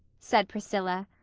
said priscilla.